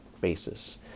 basis